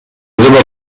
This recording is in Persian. مبارزه